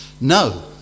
No